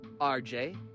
RJ